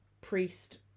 priest